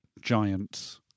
Giants